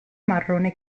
marrone